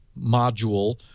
Module